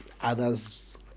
others